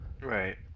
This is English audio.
Right